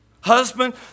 Husband